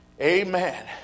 Amen